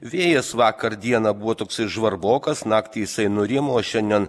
vėjas vakar dieną buvo toksai žvarbokas naktį jisai nurimo o šiandien